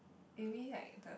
maybe like the